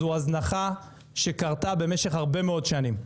זו הזנחה שקרתה במשך הרבה מאוד שנים,